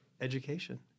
education